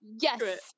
Yes